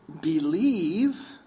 believe